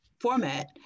format